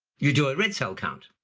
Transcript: you do a red cell count,